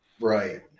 Right